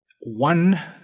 one